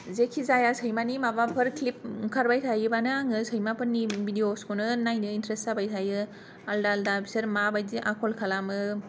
जेखि जाया सैमानि माबाफोर क्लिप ओंखारबाय थायो बानो आङो सैमाफोरनि भिदिअस खौनो नायनो इन्थारेसथ जाबाय थायो आलदा आलदा बिसोर मा बायदि आखल खालामो